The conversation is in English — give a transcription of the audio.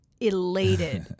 elated